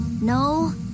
No